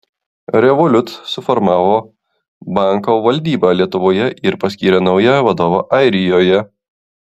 revolut suformavo banko valdybą lietuvoje ir paskyrė naują vadovą airijoje